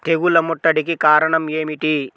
తెగుళ్ల ముట్టడికి కారణం ఏమిటి?